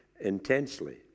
intensely